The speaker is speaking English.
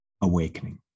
AWAKENING